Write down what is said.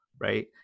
right